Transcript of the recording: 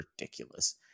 ridiculous